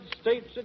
States